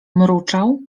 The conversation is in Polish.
mruczał